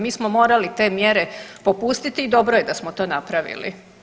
Mi smo morali te mjere popustiti i dobro je da smo to napravili.